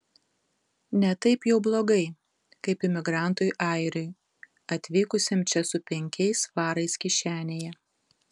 ne taip jau blogai kaip imigrantui airiui atvykusiam čia su penkiais svarais kišenėje